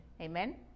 amen